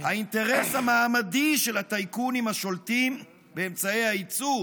האינטרס המעמדי של הטייקונים השולטים באמצעי הייצור